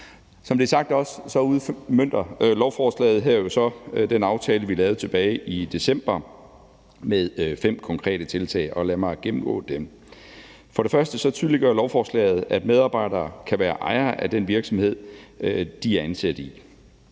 Som det også er sagt, udmønter lovforslaget her så den aftale, vi lavede tilbage i december med fem konkrete tiltag, og lad mig gennemgå dem: For det første tydeliggør lovforslaget, at medarbejdere kan være ejere af den virksomhed, de er ansat i.